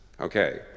Okay